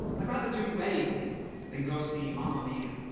i'd rather do anything than go see mamma mia.